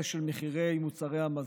אתה לא מבין מה זה